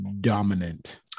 dominant